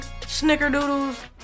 snickerdoodles